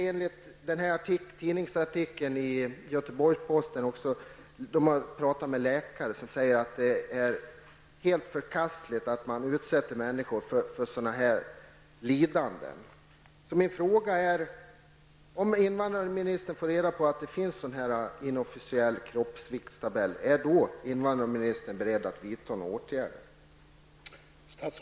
Enligt denna tidningsartikel i Göteborgsposten har läkare uttalat att det är helt förkastligt att man utsätter människor för sådana lidanden. Min fråga är följande. Om invandrarministern får reda på att det finns en sådan inofficiell ''kroppsviktstabell'', är hon då beredd att vidta åtgärder?